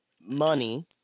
money